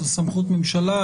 זו סמכות ממשלה.